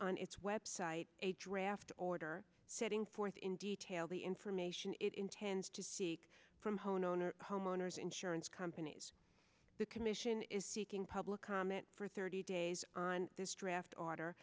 on its website a draft order setting forth in detail the information it intends to seek from homeowners homeowners insurance companies the commission is seeking public comment for thirty days on this draft order